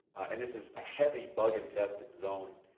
and this is a heavy bug infested zone,